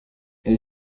elle